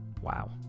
Wow